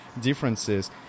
differences